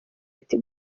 iti